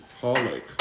holic